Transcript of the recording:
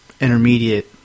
intermediate